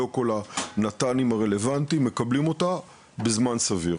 לא כל הנט"נים הרלוונטיים מקבלים אותה בזמן סביר,